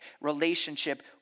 relationship